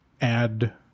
add